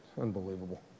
Unbelievable